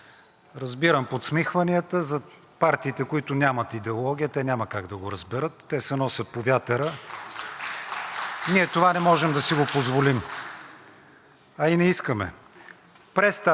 Ние това не можем да си го позволим, а и не искаме. През тази ценност ние взимаме нашите решения по важните въпроси на външната политика, а и на вътрешната.